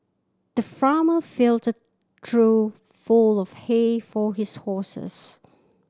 the farmer filled the trough full of hay for his horses